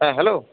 হ্যাঁ হ্যালো